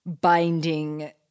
binding